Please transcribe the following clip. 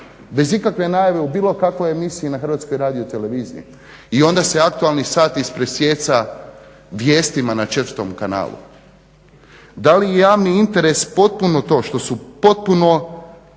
bez ikakve najave u bilo kakvoj emisiji na HRT-u i onda se aktualni sat presijeca vijestima na 4.kanalu? Da li je javni interes potpuno to što su potpuno